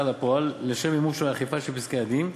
לפועל לשם מימוש האכיפה של פסקי-הדין,